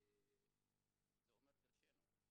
זה אומר דרשני.